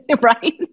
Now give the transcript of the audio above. Right